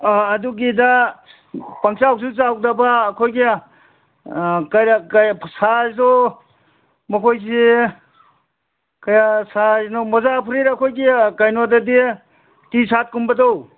ꯑꯥ ꯑꯗꯨꯒꯤꯗ ꯄꯪꯆꯥꯎꯁꯨ ꯆꯥꯎꯗꯕ ꯑꯩꯈꯣꯏꯒꯤ ꯁꯥꯏꯖꯇꯣ ꯃꯈꯣꯏꯁꯤ ꯀꯌꯥ ꯁꯥꯏꯖꯅꯣ ꯃꯣꯖꯥ ꯐꯨꯔꯤꯠ ꯑꯩꯈꯣꯏ ꯀꯩꯅꯣꯗꯗꯤ ꯇꯤ ꯁꯥꯔꯠ ꯀꯨꯝꯕꯗꯣ